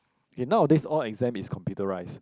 okay nowadays all exam is computerised